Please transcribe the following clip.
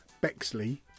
Bexley